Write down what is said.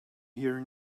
here